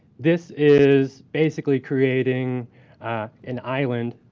this is basically creating an island.